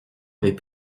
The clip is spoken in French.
avait